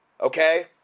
Okay